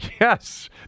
Yes